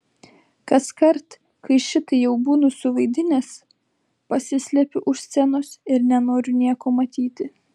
kaskart kai šitai jau būnu suvaidinęs pasislepiu už scenos ir nenoriu nieko matyti